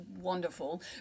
wonderful